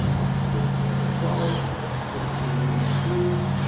it's position number twelve and it's a fifteen amp fuse.